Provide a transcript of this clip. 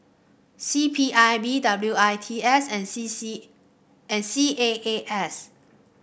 C P I B W I T S and C C and C A A S